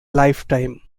lifetime